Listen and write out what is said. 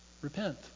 Repent